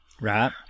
Right